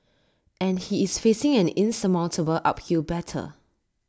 and he is facing an insurmountable uphill battle